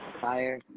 Fire